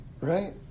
Right